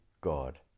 God